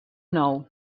nou